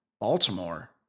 Baltimore